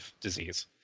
disease